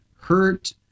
hurt